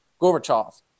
Gorbachev